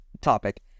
topic